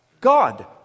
God